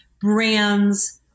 brands